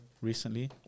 Recently